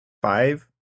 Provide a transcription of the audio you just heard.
Five